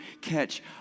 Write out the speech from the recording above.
catch